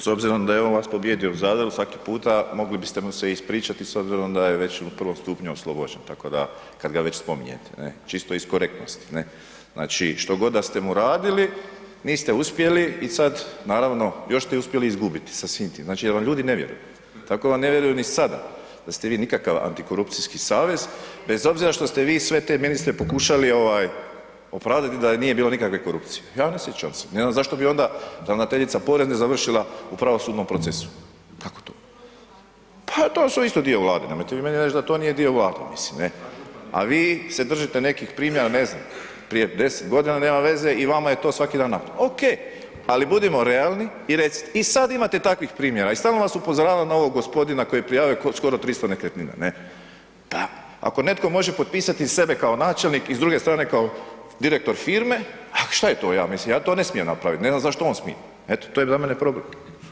S obzirom da je on vas pobijedio u Zadru svaki puta mogli biste mu se ispričati s obzirom da je već u prvom stupnju oslobođen, tako da kad ga već spominjete ne, čisto iz korektnosti ne, znači štogod ste mu radili niste uspjeli i sad naravno još ste uspjeli i izgubiti sa svim tim, znači da vam ljudi ne vjeruju, tako da vam ne vjeruju ni sada da ste vi nikakav antikorupcijski savez bez obzira što ste vi sve te ministre pokušali ovaj opravdati da nije bilo nikakve korupcije, ja ne sjećam se, ne znam zašto bi onda ravnateljica porezne završila u pravosudnom procesu, kako to … [[Upadica iz klupe se ne razumije]] pa to su isto dio Vlade, nemojte vi meni reć da to nije dio Vlade, mislim ne, a vi se držite nekih primjera ne znam prije 10.g. nema veze i vama je to svaki dan … [[Govornik se ne razumije]] Oke, ali budimo realno i recite, i sad imate takvih primjera i stalno vas upozoravam na ovog gospodina koji je prijavio skoro 300 nekretnina ne, pa ako netko može potpisati sebe kao načelnik i s druge strane kao direktor firme, a šta je to ja mislim, ja to ne smijem napravit, ne znam zašto on smije, eto to je za mene problem.